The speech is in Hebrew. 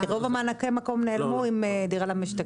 רוב מענקי המקום נעלמו עם דירה למשתכן.